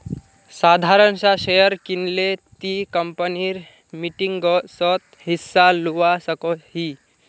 साधारण सा शेयर किनले ती कंपनीर मीटिंगसोत हिस्सा लुआ सकोही